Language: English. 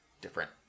different